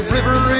River